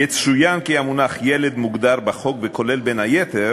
יצוין כי המונח "ילד" מוגדר בחוק, וכולל בין היתר